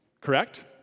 correct